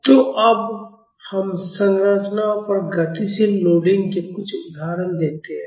तो अब हम संरचनाओं पर गतिशील लोडिंग के कुछ उदाहरण देखते हैं